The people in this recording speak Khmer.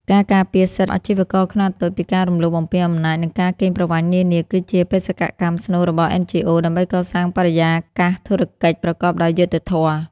ការការពារសិទ្ធិអាជីវករខ្នាតតូចពីការរំលោភបំពានអំណាច និងការកេងប្រវ័ញ្ចនានា គឺជាបេសកកម្មស្នូលរបស់ NGOs ដើម្បីកសាងបរិយាកាសធុរកិច្ចប្រកបដោយយុត្តិធម៌។